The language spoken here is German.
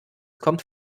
kommt